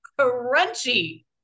crunchy